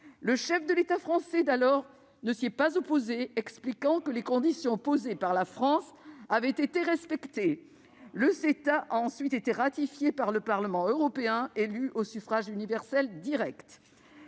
Le chef de l'État français d'alors ne s'y est pas opposé, expliquant que les conditions posées par la France avaient été respectées. Le CETA a ensuite été ratifié par le Parlement européen, élu au suffrage universel direct.